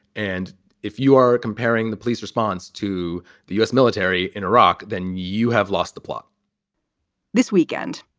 and if you are comparing the police response to the u s. military in iraq, then you have lost the plot this weekend,